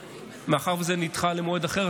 שמאחר שזה נדחה למועד אחר,